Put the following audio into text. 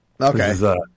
Okay